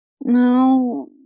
No